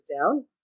down